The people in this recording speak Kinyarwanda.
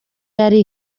yari